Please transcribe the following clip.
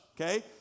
okay